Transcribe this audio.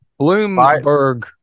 bloomberg